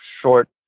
short